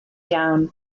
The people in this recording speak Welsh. iawn